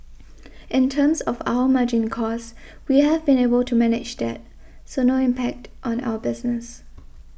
in terms of our margin costs we have been able to manage that so no impact on our business